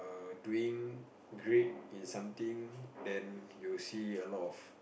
err doing great in something then you see a lot of